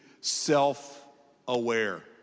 self-aware